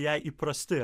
jai įprasti